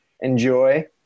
enjoy